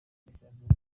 gashyantare